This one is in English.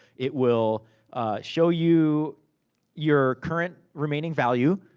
it will show you your current, remaining value,